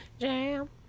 jam